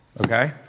Okay